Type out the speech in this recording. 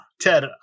Ted